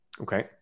Okay